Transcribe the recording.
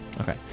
Okay